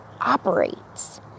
operates